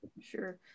Sure